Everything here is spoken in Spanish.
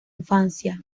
infancia